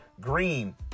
Green